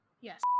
Yes